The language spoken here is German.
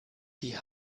die